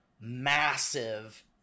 massive